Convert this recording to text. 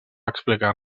explicar